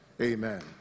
amen